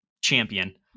champion